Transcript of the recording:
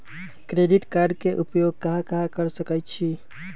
Credit card के उपयोग कहां कहां कर सकईछी?